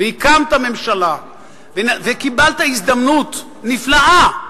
הקמת ממשלה וקיבלת הזדמנות נפלאה לעשות.